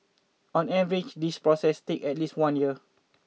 on average this process takes at least one year